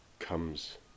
comes